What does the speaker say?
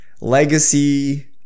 legacy